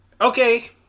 Okay